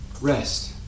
rest